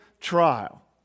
trial